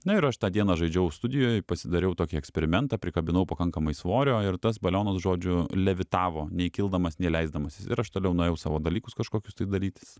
na ir aš tą dieną žaidžiau studijoj pasidariau tokį eksperimentą prikabinau pakankamai svorio ir tas balionas žodžiu levitavo nei kildamas nei leisdamasis ir aš toliau nuėjau savo dalykus kažkokius tai darytis